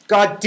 God